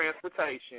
transportation